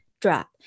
drop